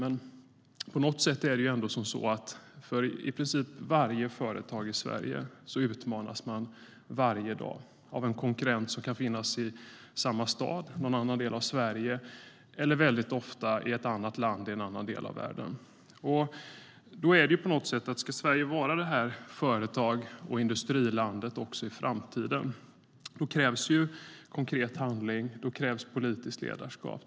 Men i princip varje företag i Sverige utmanas varje dag av en konkurrent som kan finnas i samma stad, någon annan del av Sverige eller väldigt ofta i ett annat land i en annan del av världen. Ska Sverige vara företags och industrilandet också i framtiden krävs konkret handling och politiskt ledarskap.